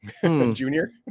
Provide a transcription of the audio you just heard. Junior